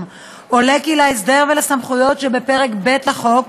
עולה כי להסדר ולסמכויות שבפרק ב' לחוק